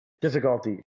difficulty